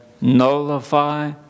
nullify